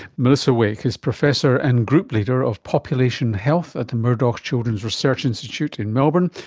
melissa wake is professor and group leader of population health at the murdoch children's research institute in melbourne,